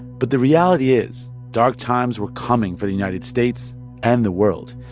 but the reality is dark times were coming for the united states and the world.